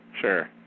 Sure